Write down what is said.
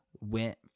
went